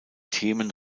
themen